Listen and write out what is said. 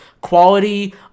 quality